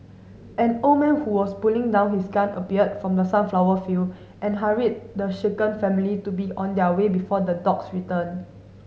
an old man who was putting down his gun appeared from the sunflower field and hurried the shaken family to be on their way before the dogs return